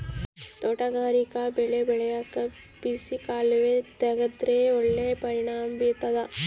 ತೋಟಗಾರಿಕಾ ಬೆಳೆ ಬೆಳ್ಯಾಕ್ ಬಸಿ ಕಾಲುವೆ ತೆಗೆದ್ರ ಒಳ್ಳೆ ಪರಿಣಾಮ ಬೀರ್ತಾದ